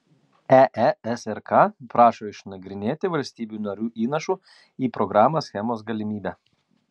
eesrk prašo išnagrinėti valstybių narių įnašų į programą schemos galimybę